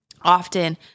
often